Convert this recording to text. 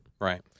Right